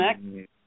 next